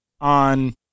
on